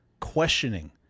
questioning